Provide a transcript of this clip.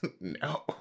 No